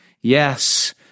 Yes